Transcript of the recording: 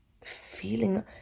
feeling